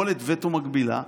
יכולת וטו מקבילה,